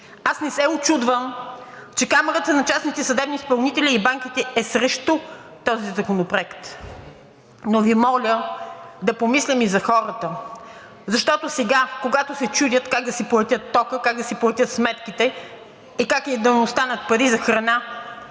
Не се учудвам, че Камарата на частните съдебни изпълнители и банките е срещу този законопроект. Но Ви моля да помислим и за хората. Защото сега, когато се чудят как да си платят тока, как да си платят сметките и как да им останат пари за храна,